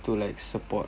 to like support